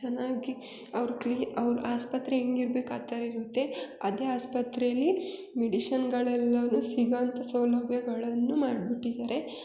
ಚೆನ್ನಾಗಿ ಅವ್ರು ಕ್ಲೀ ಅವ್ರ ಆಸ್ಪತ್ರೆ ಹೆಂಗ್ ಇರ್ಬೇಕು ಆ ಥರ ಇರುತ್ತೆ ಅದೇ ಅಸ್ಪತ್ರೆಯಲ್ಲಿ ಮೆಡಿಷನ್ಗಳೆಲ್ಲವೂ ಸಿಗೊ ಅಂಥ ಸೌಲಭ್ಯಗಳನ್ನು ಮಾಡ್ಬಿಟ್ಟಿದಾರೆ